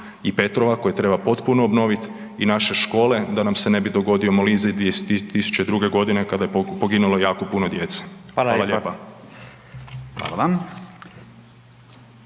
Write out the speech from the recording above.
i Petrova koje treba potpuno obnovit i naše škole da nam se ne bi dogodio Molizij iz 2002.g. kada je poginulo jako puno djece …/Upadica: Hvala